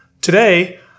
Today